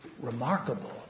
remarkable